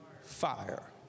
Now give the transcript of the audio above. fire